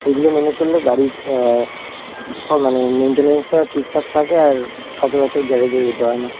এগুলো মেনে চললে গাড়ির মানে মেনটেন্সটাও ঠিকঠাক থাকে আর সচরাচর গ্যারেজে যেতে হয় না